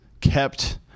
kept